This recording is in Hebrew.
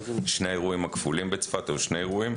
שני האירועים הכפולים בצפת, היו שני אירועים.